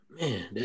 Man